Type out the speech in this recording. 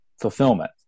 fulfillment